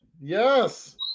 yes